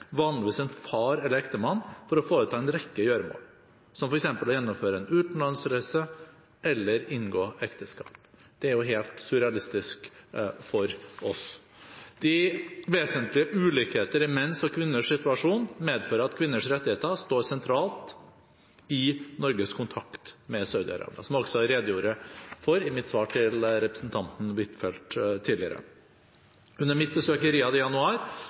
vanligvis en far eller ektemann – for å foreta en rekke gjøremål, som f.eks. å gjennomføre en utenlandsreise eller inngå ekteskap. Det er helt surrealistisk for oss. De vesentlige ulikheter i menns og kvinners situasjon medfører at kvinners rettigheter står sentralt i Norges kontakt med Saudi-Arabia, som jeg også redegjorde for i mitt svar til representanten Huitfeldt tidligere. Under mitt besøk i Riyadh i januar